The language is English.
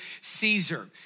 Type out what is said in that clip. Caesar